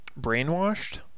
brainwashed